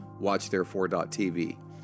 watchtherefore.tv